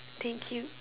thank you